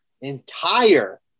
entire